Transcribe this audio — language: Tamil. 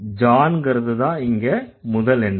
John ங்கறதுதான் இங்க முதல் NP